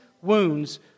wounds